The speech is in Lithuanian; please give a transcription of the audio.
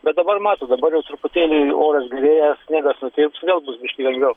bet dabar matot dabar jau truputėlį oras gerėja sniegas nutirps vėl bus biški lengviau